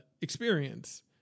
experience